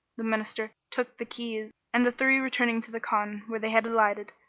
the minister took the keys and the three returning to the khan where they had alighted,